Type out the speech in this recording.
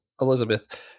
Elizabeth